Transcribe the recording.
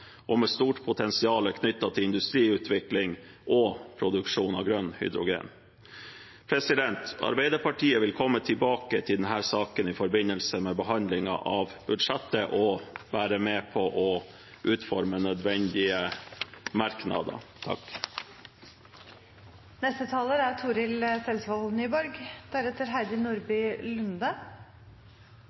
og med stort potensial knyttet til industriutvikling og produksjon av grønt hydrogen. Arbeiderpartiet vil komme tilbake til denne saken i forbindelse med behandlingen av budsjettet og være med på å utforme nødvendige merknader. Å få flest mogeleg i arbeid er